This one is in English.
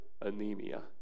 anemia